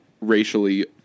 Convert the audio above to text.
racially